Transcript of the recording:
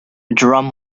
drum